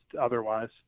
otherwise